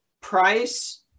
price